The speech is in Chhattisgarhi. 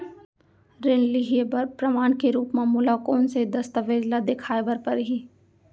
ऋण लिहे बर प्रमाण के रूप मा मोला कोन से दस्तावेज ला देखाय बर परही?